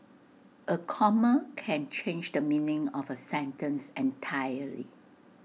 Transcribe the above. A comma can change the meaning of A sentence entirely